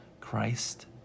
Christ